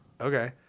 okay